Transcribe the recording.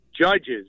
judges